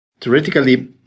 theoretically